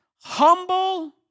humble